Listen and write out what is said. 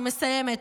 אני מסיימת.